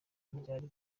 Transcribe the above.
ryari